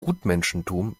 gutmenschentum